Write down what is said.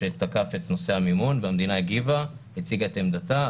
שתקף את נושא המימון והמדינה הציגה את עמדתה,